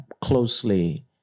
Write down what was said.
closely